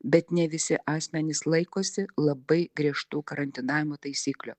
bet ne visi asmenys laikosi labai griežtų karantinavimo taisyklių